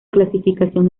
clasificación